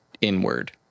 inward